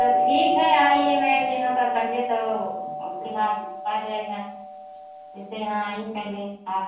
तो ठीक है आईए मैम यहाँ पर पहले तो और उसके बाद आ जाएगा जैसे यहाँ आने से पहले आप